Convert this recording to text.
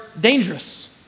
dangerous